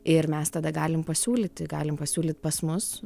ir mes tada galim pasiūlyti galim pasiūlyt pas mus